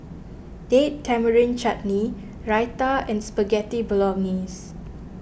Date Tamarind Chutney Raita and Spaghetti Bolognese